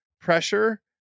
pressure